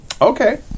Okay